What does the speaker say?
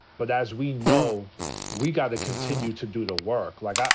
but as we know we gotta continue to do the work. like,